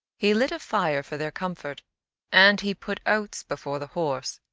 he lit a fire for their comfort and he put oats before the horse,